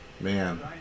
Man